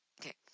Okay